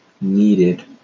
needed